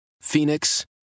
Phoenix